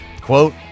quote